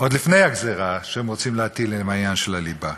עוד לפני הגזירה שהם רוצים להטיל עם העניין של הליבה.